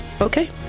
Okay